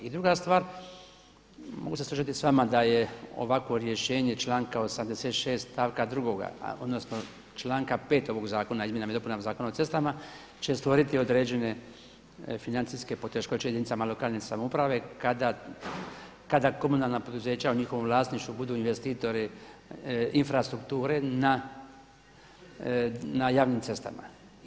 I druga stvar, mogu se složiti s vama da je ovako rješenje članka 86. stavka 2. odnosno članka 5. ovog zakona izmjenama i dopunama Zakona o cestama će stvoriti određene financijske poteškoće jedinicama lokalne samouprave kada komunalna poduzeća u njihovom vlasništvu budu investitori infrastrukture na javnim cestama.